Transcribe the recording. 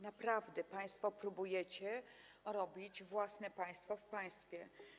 Naprawdę, państwo próbujecie robić własne państwo w państwie.